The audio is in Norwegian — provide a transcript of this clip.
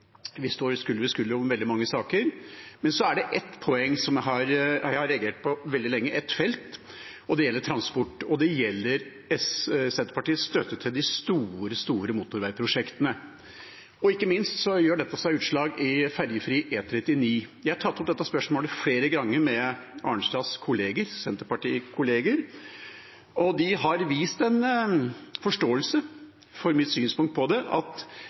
Vi står skulder ved skulder i veldig mange saker, men på ett felt er det noe jeg har reagert på veldig lenge, og det gjelder transport og Senterpartiets støtte til de store motorveiprosjektene. Dette gir seg ikke minst utslag i spørsmålet om ferjefri E39. Jeg har tatt opp dette spørsmålet flere ganger med Arnstads Senterparti-kolleger, og de har vist forståelse for mitt synspunkt på det, at